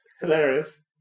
Hilarious